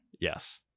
Yes